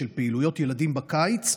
של פעילויות ילדים בקיץ,